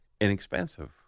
inexpensive